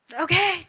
okay